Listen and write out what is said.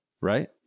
right